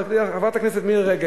חברת הכנסת מירי רגב,